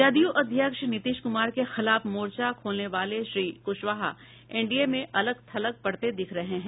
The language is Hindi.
जदयू अध्यक्ष नीतीश कुमार के खिलाफ मोर्चा खोलने वाले श्री कुशवाहा एनडीए में अलग थलग पड़ते दिख रहे हैं